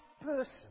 person